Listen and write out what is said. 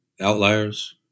Outliers